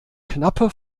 knappe